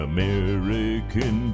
American